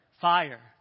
fire